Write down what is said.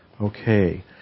Okay